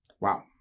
Wow